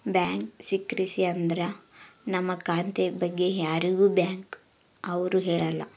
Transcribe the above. bank secrecy ಅಂದ್ರ ನಮ್ ಖಾತೆ ಬಗ್ಗೆ ಯಾರಿಗೂ ಬ್ಯಾಂಕ್ ಅವ್ರು ಹೇಳಲ್ಲ